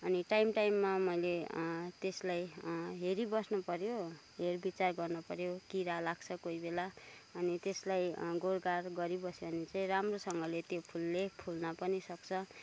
अनि टाइम टाइममा मैले त्यसलाई हेरिबस्नु पऱ्यो हेरविचार गर्नुपऱ्यो किरा लाग्छ कोही बेला अनि त्यसलाई गोडगाड गरिबस्यो भने चाहिँ राम्रोसँगले त्यो फुलले फुल्न पनि सक्छ